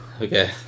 Okay